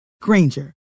Granger